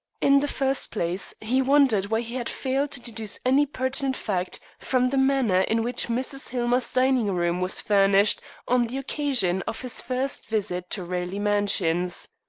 in the first place, he wondered why he had failed to deduce any pertinent fact from the manner in which mrs. hillmer's dining-room was furnished on the occasion of his first visit to raleigh mansions.